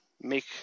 make